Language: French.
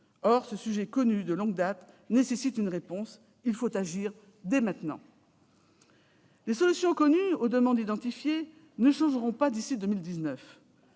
Or ce sujet connu de longue date exige une réponse ; il faut agir dès maintenant. Les solutions connues aux demandes identifiées ne changeront pas d'ici à 2019.